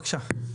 בבקשה.